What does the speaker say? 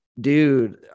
dude